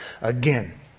Again